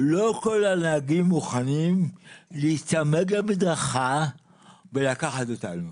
- לא כל הנהגים מוכנים להיצמד למדרכה ולקחת אותנו.